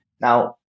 Now